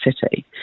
city